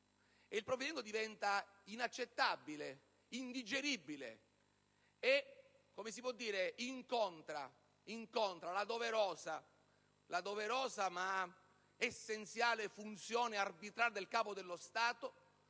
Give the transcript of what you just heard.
Il provvedimento diventa inaccettabile, indigeribile e incontra la doverosa, ma essenziale, funzione arbitrale del Capo dello Stato,